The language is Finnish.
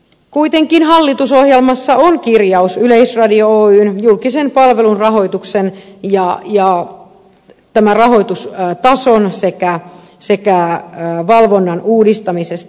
kuitenkin hallitusohjelmassa on kirjaus yleisradio oyn julkisen palvelun rahoituksen ja rahoitustason sekä valvonnan uudistamisesta